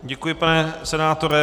Děkuji, pane senátore.